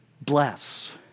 Bless